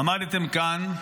עמדתם כאן,